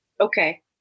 Okay